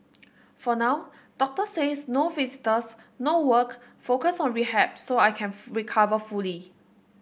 for now doctors says no visitors no work focus on rehab so I can recover fully